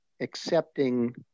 accepting